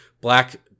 black